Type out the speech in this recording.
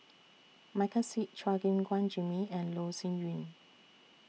Michael Seet Chua Gim Guan Jimmy and Loh Sin Yun